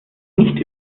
nicht